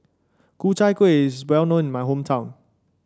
Ku Chai Kueh is well known in my hometown